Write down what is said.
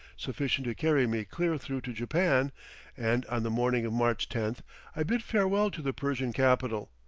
sufficient to carry me clear through to japan and on the morning of march tenth i bid farewell to the persian capital,